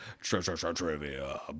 trivia